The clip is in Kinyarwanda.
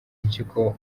impyiko